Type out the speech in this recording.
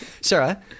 Sarah